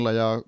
ja